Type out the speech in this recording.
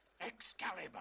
Excalibur